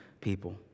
people